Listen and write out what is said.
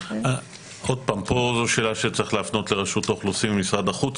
זו שאלה שצריך להפנות לרשות האוכלוסין ומשרד החוץ,